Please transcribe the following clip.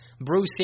Bruce